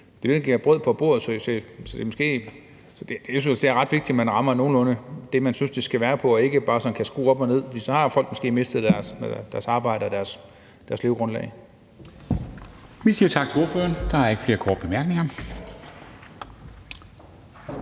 det er jo det, der giver dem brød på bordet. Så jeg synes, det er ret vigtigt, at man rammer nogenlunde det niveau, man synes det skal være på, og ikke bare sådan kan skrue op og ned, for så har folk måske mistet deres arbejde og deres levegrundlag.